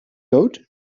goat